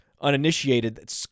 uninitiated